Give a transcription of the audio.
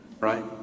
right